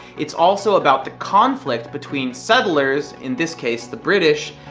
it's also about the conflicts between settlers, in this case the british,